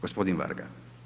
Gospodin Varga.